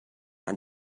and